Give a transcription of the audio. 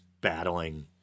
battling